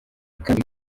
kandi